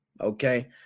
okay